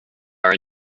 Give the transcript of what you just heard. are